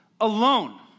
alone